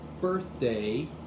birthday